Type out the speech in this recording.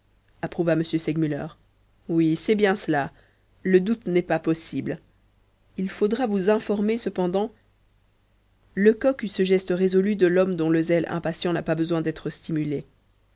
approuva m segmuller oui c'est bien cela le doute n'est pas possible il faudra vous informer cependant lecoq eut ce geste résolu de l'homme dont le zèle impatient n'a pas besoin d'être stimulé